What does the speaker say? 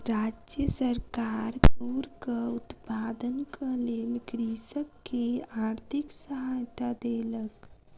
राज्य सरकार तूरक उत्पादनक लेल कृषक के आर्थिक सहायता देलक